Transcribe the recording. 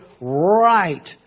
right